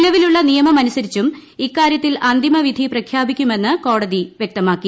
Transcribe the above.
നിലവിലുള്ള നിയമമനുസരിച്ചും ഇക്കാര്യത്തിൽ അന്തിമ വിധി പ്രഖ്യാപിക്കുമെന്ന് കോടതി വൃക്തമാക്കി